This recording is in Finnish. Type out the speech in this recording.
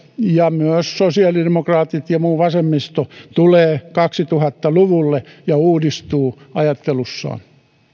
ja myös sosiaalidemokraatit ja muu vasemmisto tulee kaksituhatta luvulle ja uudistuu ajattelussaan